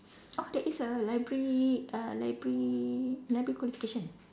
oh there is a library uh library library qualification